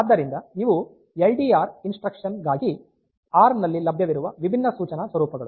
ಆದ್ದರಿಂದ ಇವು L D R instruction ಗಾಗಿ ಎ ಆರ್ ಎಂ ನಲ್ಲಿ ಲಭ್ಯವಿರುವ ವಿಭಿನ್ನ ಸೂಚನಾ ಸ್ವರೂಪಗಳು